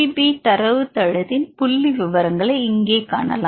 B தரவு தளத்தின் புள்ளிவிவரங்களை இங்கே காணலாம்